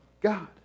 God